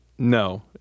No